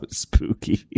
spooky